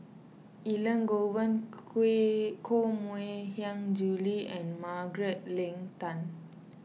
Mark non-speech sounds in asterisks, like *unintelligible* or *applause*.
Elangovan *unintelligible* Koh Mui Hiang Julie and Margaret Leng Tan